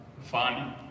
fun